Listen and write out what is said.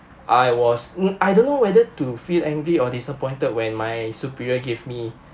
I was mm I don't know whether to feel angry or disappointed when my superior gave me